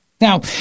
Now